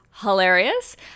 hilarious